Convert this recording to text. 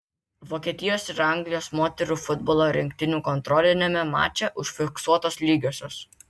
vokietijos ir anglijos moterų futbolo rinktinių kontroliniame mače užfiksuotos lygiosios